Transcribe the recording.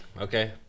Okay